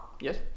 yes